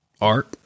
art